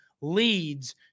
leads